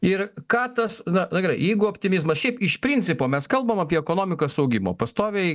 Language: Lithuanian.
ir ką tas na na gerai jeigu optimizmas šiaip iš principo mes kalbam apie ekonomikos augimą pastoviai